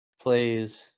plays